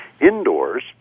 indoors